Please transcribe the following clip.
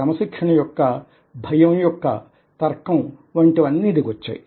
క్రమశిక్షణ యొక్క భయం యొక్క తర్కం వంటివన్నీ దిగి వచ్చాయి